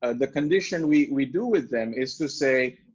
and the condition we do with them is to say,